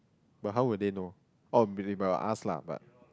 but how would they know on believable ah ask lah but